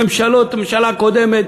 הממשלה הקודמת,